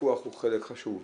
הפיקוח הוא חלק חשוב.